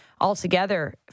altogether